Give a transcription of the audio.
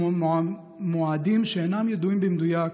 ובמועדים שאינם ידועים במדויק,